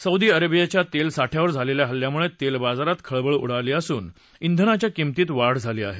Saudi अरेबियाच्या तेल साठ्यावर झालेल्या हल्ल्यामुळे तेल बाजारात खळबळ उडाली असून ब्रेनाच्या किंमतीत वाढ झाली आहे